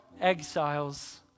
exiles